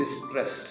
distressed